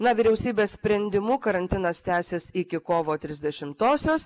na vyriausybės sprendimu karantinas tęsis iki kovo trisdešimtosios